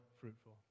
fruitful